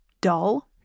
dull